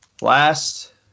last